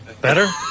Better